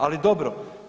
Ali dobro.